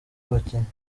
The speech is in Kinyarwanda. bakinnyi